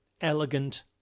elegant